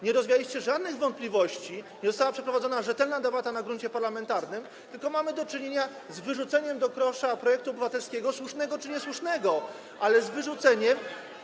Nie rozwialiście żadnych wątpliwości, nie została przeprowadzona rzetelna debata na gruncie parlamentarnym, tylko mamy do czynienia z wyrzuceniem do kosza projektu obywatelskiego - słusznego czy niesłusznego, ale z wyrzuceniem.